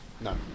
no